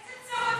איזה צרות יש לו?